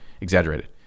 exaggerated